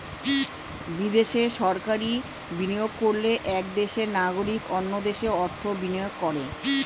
বিদেশে সরাসরি বিনিয়োগ করলে এক দেশের নাগরিক অন্য দেশে অর্থ বিনিয়োগ করে